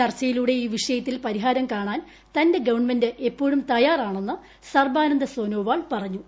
ചർച്ചയിലൂടെ ഈ വിഷയത്തിൽ പരിഹാരം കാണാൻ തന്റെ ഗവൺമെന്റ് എപ്പോഴും തയ്യാറാണെന്ന് സർബാനന്ദ് സോനോവാൾ പറഞ്ഞു